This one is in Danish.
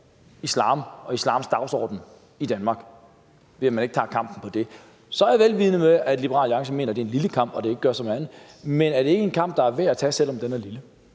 islam og islams dagsorden i Danmark, altså ved at man ikke tager kampen mod det. Så er jeg vel vidende om, at Liberal Alliance mener, at det er en lille kamp. Men er det ikke en kamp, der er værd at tage, selv om den er lille?